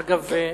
אגב,